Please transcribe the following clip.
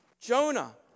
Jonah